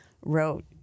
wrote